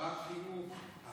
הסתייגות 46 לא נתקבלה.